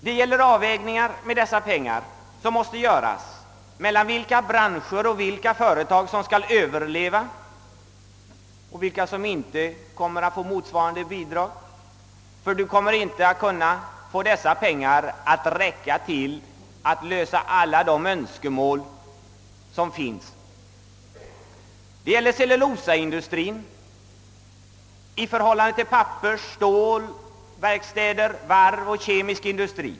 Man måste också göra avvägningar såsom vilken bransch och vilka företag som skall få överleva och vilka som inte skall få motsvarande bidrag — man kan inte få dessa pengar att räcka till att tillgodose alla de önskemål som finns. Man måste ta hänsyn till hur mycket cellulosaindustrien skall få i förhållande till vad pappersoch stålindustrier, verkstäder och kemisk industri får.